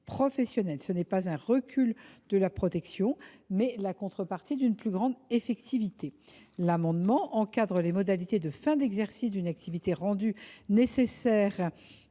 est non pas un recul de la protection, mais la contrepartie d’une plus grande efficacité. Cet amendement vise à encadrer les modalités de fin d’exercice d’une activité rendue nécessaire